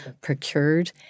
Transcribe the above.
procured